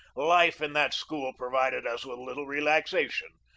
life in that school provided us with little relaxation.